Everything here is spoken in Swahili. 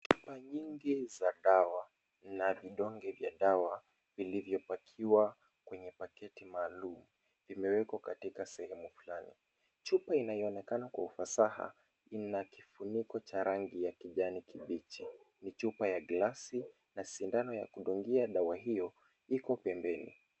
Chupa nyingi za dawa na vidonge vya dawa, vilivyopakiwa kwenye paketi maalum, vimewekwa katika sehemu fulani. Chupa inayoonekana kwa ufasaha ina kifuniko cha rangi ya kijani kibichi, ni chupa ya glasi na sindano ya kudungia dawa hiyo iko pembeni.